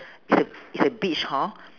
it's a it's a beach hor